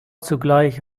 zugleich